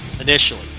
initially